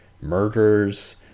murders